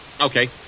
Okay